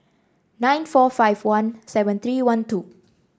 nine four five one seven three one two